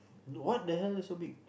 what the hell so big